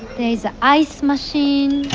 there's a ice machine.